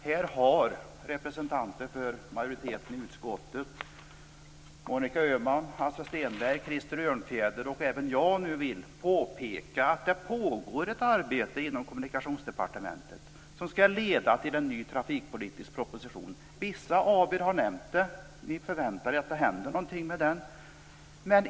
Här har nu representanter för utskottet - och nu även jag påpekat att det pågår ett arbete inom Kommunikationsdepartementet som skall leda till en ny trafikpolitisk proposition. Vissa av er andra har också nämnt det. Vi förväntar oss att det händer någonting i och med den.